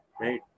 right